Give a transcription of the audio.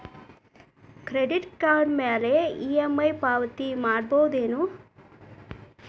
Credit card ಮ್ಯಾಲೆ EMI ಪಾವತಿ ಮಾಡ್ಬಹುದೇನು?